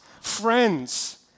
friends